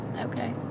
Okay